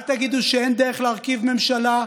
אל תגידו שאין דרך להרכיב ממשלה,